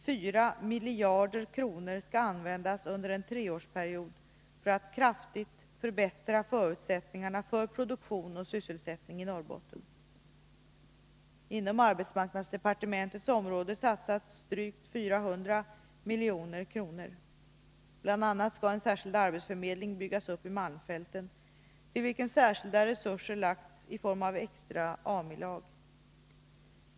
4 miljarder kronor skall användas under en treårsperiod för att kraftigt förbättra förutsättningarna för produktion och sysselsättning i Norrbotten. Inom arbetsmarknadsdepartementets område satsas drygt 400 milj.kr. Bl. a. skall en särskild arbetsförmedling byggas upp i malmfälten, till vilken särskilda resurser lagts i form av extra AMI-lag.